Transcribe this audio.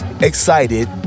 excited